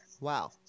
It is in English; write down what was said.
Wow